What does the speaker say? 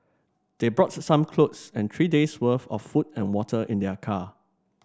they brought some clothes and three days worth of food and water in their car